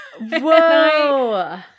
Whoa